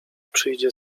przyjdzie